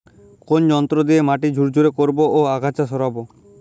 কোন যন্ত্র দিয়ে মাটি ঝুরঝুরে করব ও আগাছা সরাবো?